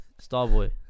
Starboy